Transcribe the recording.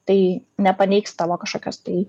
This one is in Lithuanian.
tai nepaneigs tavo kažkokios tai